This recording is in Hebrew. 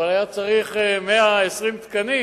אבל היה צריך 120 תקנים